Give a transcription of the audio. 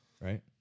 right